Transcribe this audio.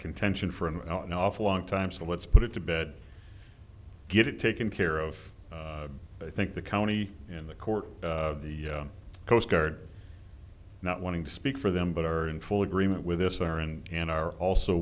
contention for an awful long time so let's put it to bed get it taken care of i think the county in the court of the coast guard not wanting to speak for them but are in full agreement with this are and are also